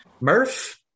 Murph